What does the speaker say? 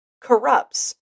corrupts